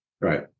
Right